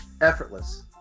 effortless